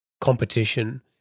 competition